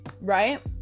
right